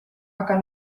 aga